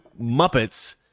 Muppets